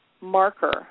marker